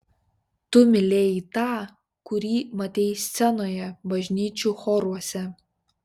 tu mylėjai tą kurį matei scenoje bažnyčių choruose